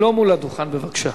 לא מול הדוכן בבקשה.